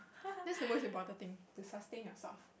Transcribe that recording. thats the most important thing to sustain yourself